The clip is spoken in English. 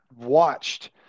watched